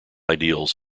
ideals